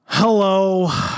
Hello